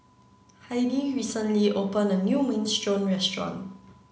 Heidy recently opened a new Minestrone restaurant